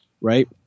right